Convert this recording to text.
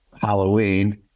Halloween